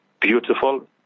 beautiful